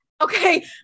Okay